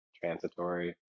transitory